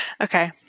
Okay